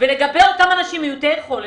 לגבי אותם אנשים מעוטי יכולת,